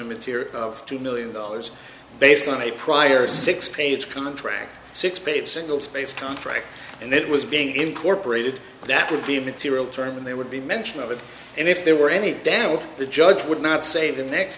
material of two million dollars based on a prior six page contract six page single spaced contract and it was being incorporated that would be material term and there would be mention of it and if there were any down the judge would not say the next